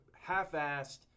half-assed